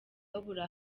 babura